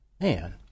Man